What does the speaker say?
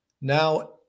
Now